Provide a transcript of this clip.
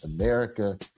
America